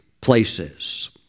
places